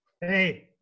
Hey